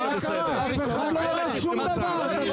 אף אחד לא הורס שום דבר.